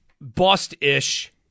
Bust-ish